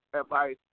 advice